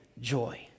Joy